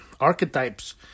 archetypes